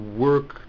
work